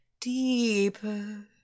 deeper